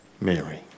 Mary